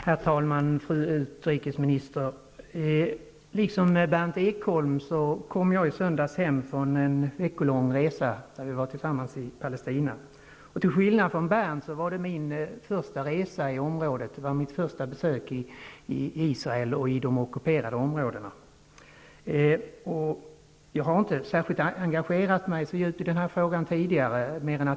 Herr talman! Liksom Berndt Ekholm kom jag i söndags, fru utrikesminister, hem från en veckolång resa till Palestina. Till skillnad från Berndt Ekholm hade jag då gjort min första resa i området och mitt första besök i Israel och de ockuperade områdena. Jag har inte tidigare engagerat mig så djupt i denna fråga.